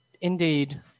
Indeed